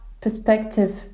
perspective